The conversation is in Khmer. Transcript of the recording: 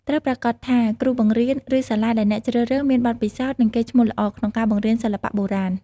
ត្រូវប្រាកដថាគ្រូបង្រៀន ឬសាលាដែលអ្នកជ្រើសរើស មាន បទពិសោធន៍ និងកេរ្តិ៍ឈ្មោះល្អ ក្នុងការបង្រៀនសិល្បៈបុរាណ។